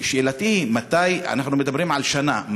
ושאלתי: אנחנו מדברים על שנה,